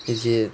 is it